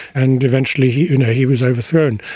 and eventually he you know he was overthrown.